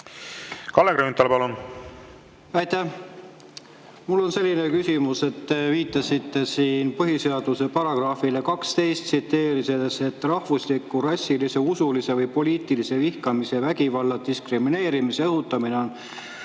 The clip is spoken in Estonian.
Kalle Grünthal, palun! Aitäh! Mul on selline küsimus. Te viitasite siin põhiseaduse §‑le 12, tsiteerides, et rahvusliku, rassilise, usulise või poliitilise vihkamise, vägivalla ja diskrimineerimise õhutamine on